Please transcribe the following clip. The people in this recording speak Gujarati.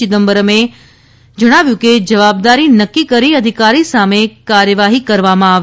ચિદમ્બરમે જણાવ્યું કે જવાબદારી નક્કી કરી અધિકારી સામે કાર્યવાહી કરવામાં આવે